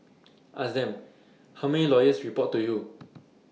ask them how many lawyers report to you